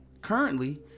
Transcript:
currently